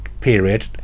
period